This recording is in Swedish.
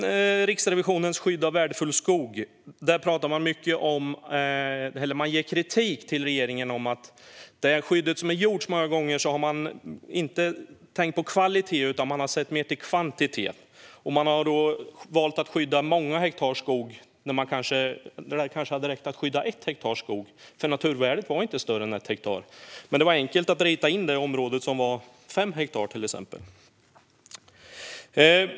I Riksrevisionens rapport Skyddet av värdefull skog får regeringen kritik för att man i det skydd som införts många gånger inte tänkt på kvalitet utan sett mer till kvantitet. Man har valt att skydda många hektar skog när det kanske hade räckt att skydda ett hektar, för naturvärdet var inte större än så. Men det var enkelt att rita in ett område som var till exempel fem hektar.